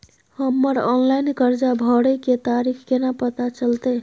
हमर ऑनलाइन कर्जा भरै के तारीख केना पता चलते?